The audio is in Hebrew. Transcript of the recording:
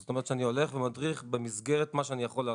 זאת אומרת אני הולך ומדריך במסגרת מה שאני יכול לעשות.